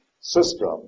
system